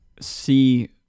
see